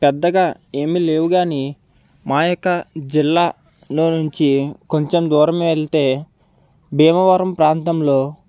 పెద్దగా ఏమీ లేవు కానీ మా యొక్క జిల్లాలో నుంచి కొంచెం దూరం వెళితే భీమవరం ప్రాంతంలో